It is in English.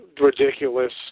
ridiculous